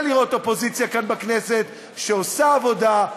לראות אופוזיציה כאן בכנסת שעושה עבודה,